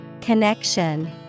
Connection